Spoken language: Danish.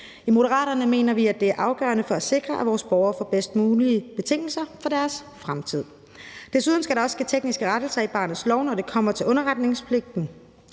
I Moderaterne mener vi, det er afgørende for at sikre, at vores borgere får de bedst mulige betingelser for deres fremtid. Desuden skal der også ske tekniske rettelser i barnets lov, når det kommer til underretningspligten.